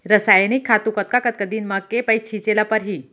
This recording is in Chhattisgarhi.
रसायनिक खातू कतका कतका दिन म, के पइत छिंचे ल परहि?